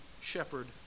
shepherd